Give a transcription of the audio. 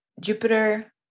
Jupiter